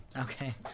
okay